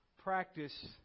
practice